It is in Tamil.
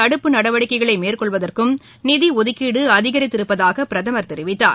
தடுப்பு நடவடிக்கைகளை மேற்கொள்வதற்கும் நிதி ஒதுக்கீடு அதிகரித்திருப்பதாக பிரதமர் தெரிவித்தார்